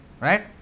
Right